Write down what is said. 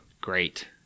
Great